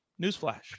Newsflash